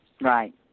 Right